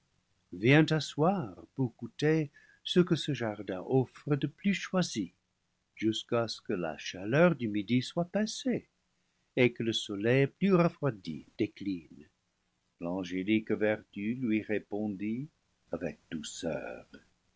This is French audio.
viens t'asseoir pour goûter ce que ce jardin offre de plus choisi jusqu'à ce que la chaleur du midi soit passée et que le soleil plus refroidi décline l'angélique vertu lui répondit avec douceur